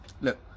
look